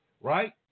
right